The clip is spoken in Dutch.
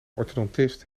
orthodontist